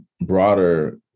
broader